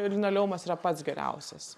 linoleumas yra pats geriausias